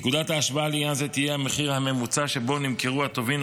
נקודת ההשוואה לעניין זה תהיה המחיר הממוצע שבו נמכרו הטובין